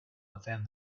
within